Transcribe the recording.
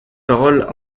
paroles